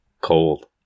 cold